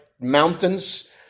mountains